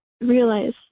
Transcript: realize